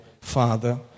Father